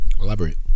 Elaborate